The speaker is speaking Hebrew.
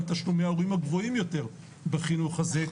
תשלומי ההורים הגבוהים יותר בחינוך הזה.